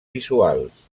visuals